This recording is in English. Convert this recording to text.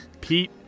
Pete